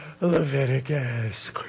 Leviticus